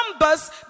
numbers